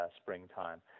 springtime